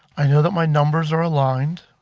i know that my numbers are aligned.